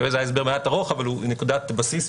זה היה הסבר מעט ארוך, אבל הוא נקודת בסיס.